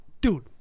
Dude